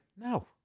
no